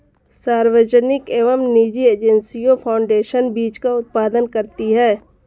सार्वजनिक एवं निजी एजेंसियां फाउंडेशन बीज का उत्पादन करती है